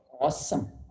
Awesome